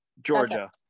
Georgia